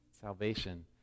Salvation